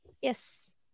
Yes